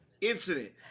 incident